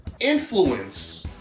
influence